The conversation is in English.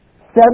Seven